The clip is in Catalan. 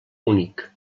únic